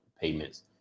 payments